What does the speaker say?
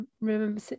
remember